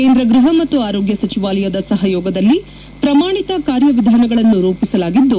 ಕೇಂದ್ರ ಗೃಪ ಮತ್ತು ಆರೋಗ್ಯ ಸಚಿವಾಲಯದ ಸಹಯೋಗದಲ್ಲಿ ಪ್ರಮಾಣಿತ ಕಾರ್ಯವಿಧಾನಗಳನ್ನು ರೂಪಿಸಲಾಗಿದ್ದು